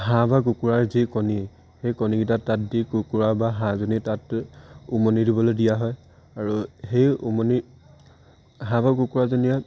হাঁহ বা কুকুৰাৰ যি কণী সেই কণীকেইটা তাত দি কুকুৰা বা হাঁহজনী তাত উমনি দিবলৈ দিয়া হয় আৰু সেই উমনি হাঁহ বা কুকুৰাজনীয়ে